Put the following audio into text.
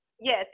yes